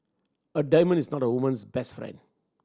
a diamond is not a woman's best friend